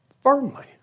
Firmly